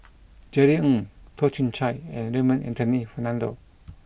Jerry Ng Toh Chin Chye and Raymond Anthony Fernando